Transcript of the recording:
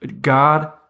God